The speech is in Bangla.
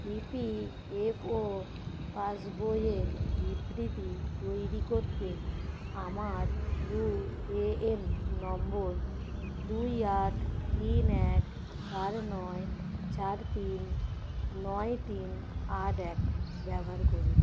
ইপিএফও পাসবইয়ের বিবৃতি তৈরি করতে আমার ইউএএন নম্বর দুই আট তিন এক চার নয় চার তিন নয় তিন আট এক ব্যবহার করুন